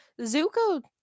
Zuko